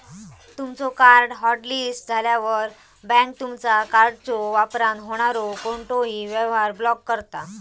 तुमचो card hotlist झाल्यावर, bank तुमचा कार्डच्यो वापरान होणारो कोणतोही व्यवहार ब्लॉक करता